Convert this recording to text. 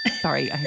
sorry